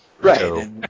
Right